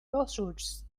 lawsuits